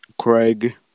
Craig